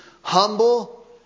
humble